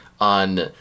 on